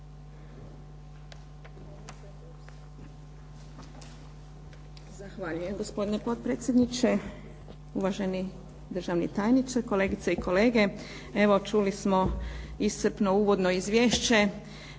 Zahvaljujem gospodine potpredsjedniče. Uvaženi državni tajniče, kolegice i kolege. Evo čuli smo iscrpno uvodno izvješće